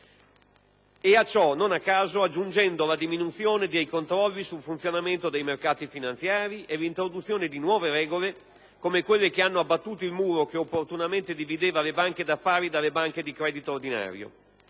e a ciò non a caso aggiungendo la diminuzione dei controlli sul funzionamento dei mercati finanziari e l'introduzione di nuove regole, come quelle che hanno abbattuto il muro che opportunamente divideva le banche d'affari dalle banche di credito ordinario.